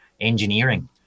engineering